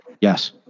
Yes